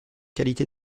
qualité